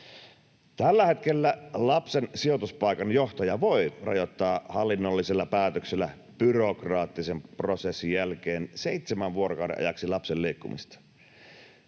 Tällä hetkellä lapsen sijoituspaikan johtaja voi rajoittaa hallinnollisella päätöksellä byrokraattisen prosessin jälkeen seitsemän vuorokauden ajaksi lapsen liikkumista.